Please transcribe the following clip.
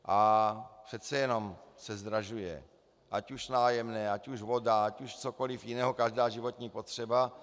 A přece jenom se zdražuje, ať už nájemné, ať už voda, ať už cokoliv jiného, každá životní potřeba.